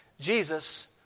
Jesus